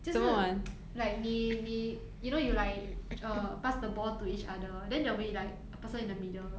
就是 like 你你 you know you like uh pass the ball to each other then there'll be like a person in the middle